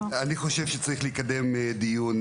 אני חושב שצריך לקדם דיון,